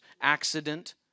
accident